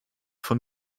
von